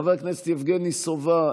חבר הכנסת יבגני סובה,